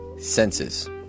senses